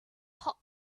hot